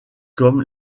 comme